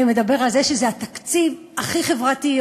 מדבר על זה שזה התקציב הכי חברתי,